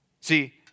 See